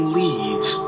leads